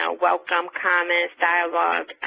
ah welcome comments, dialogue,